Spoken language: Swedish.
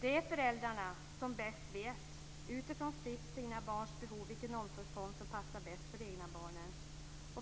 Det är föräldrarna som bäst vet utifrån sitt/sina barns behov vilken omsorgsform som passar bäst för de egna barnen.